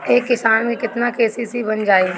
एक किसान के केतना के.सी.सी बन जाइ?